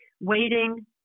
waiting